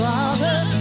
Father